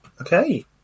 Okay